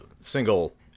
single